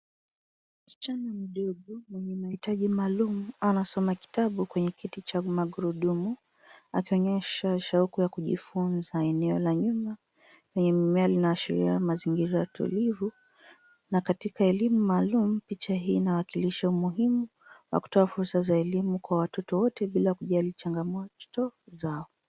Msichana mdogo mwenye mahitaji maalum anasoma kitabu kwenye kiti cha magurudumu, akionyesha shauku ya kujifunza. Eneo la nyuma, lenye mimea linaashiria mazingira tulivu na katika elimu maalum, picha hii inawakilisha umuhimu wa kutoa fursa za elimu kwa watoto wote bila kujali changamoto zao.